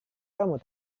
kamu